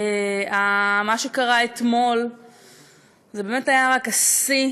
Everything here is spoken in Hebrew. מה שקרה אתמול באמת היה רק השיא